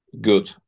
good